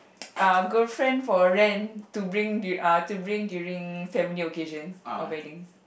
uh girlfriend for rent to bring uh to bring during family occasions or weddings